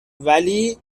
ولی